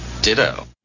Ditto